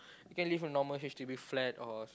you can live a normal H_D_B flat or